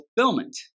fulfillment